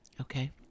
Okay